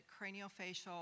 craniofacial